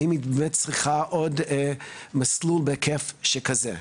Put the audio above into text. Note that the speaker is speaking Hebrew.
ואם היא באמת צריכה עוד מסלול בהיקף שכזה.